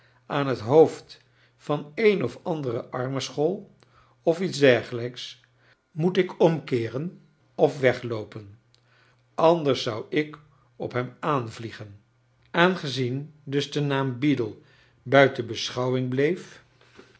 aan het hoofd van een of andere armenschool of iets dergelijks moet ik omkeeren of wegloopcn anders zou ik op hern aanvliegen aa ngezien dus de naam beadle buiten beschouwing bleef